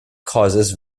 causes